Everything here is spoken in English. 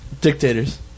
dictators